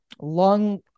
long